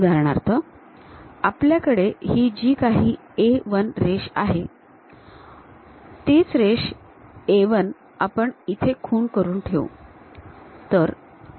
उदाहरणार्थ आपल्याकडे ही जी काही A 1 रेष आहे तीच रेष A 1 आपण इथे खूण करून ठेवू